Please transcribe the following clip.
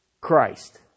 Christ